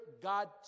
God